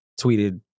tweeted